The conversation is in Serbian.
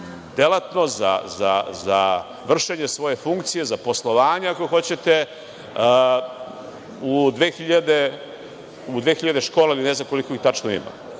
delatnost, za vršenje svoje funkcije, za poslovanja, ako hoćete u 2000 škola, koliko ih već tačno ima. To